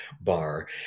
bar